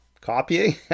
copying